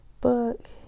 book